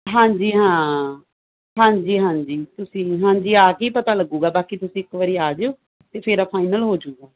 ਹਾਂਜੀ ਹਾਂ ਹਾਂਜੀ ਹਾਂਜੀ ਤੁਸੀਂ ਹਾਂਜੀ ਆ ਕੀ ਪਤਾ ਲੱਗੂਗਾ ਬਾਕੀ ਤੁਸੀਂ ਇੱਕ ਵਾਰੀ ਆ ਜਾਓ ਤੇ ਫਿਰ ਆਪਾਂ ਫਾਈਨਲ ਹੋ ਜੁਗਾ